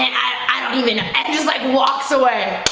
i mean just like walks away,